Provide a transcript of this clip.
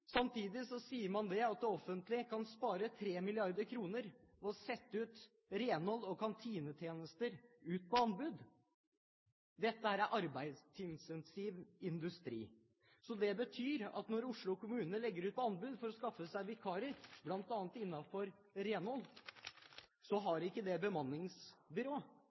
Samtidig sier man at det offentlige kan spare 3 mrd. kr ved å sette renhold og kantinetjenester ut på anbud. Dette er arbeidsintensiv industri. Det betyr at når Oslo kommune setter oppdraget med å skaffe vikarer bl.a. innenfor renhold ut på anbud, har ikke bemanningsbyrået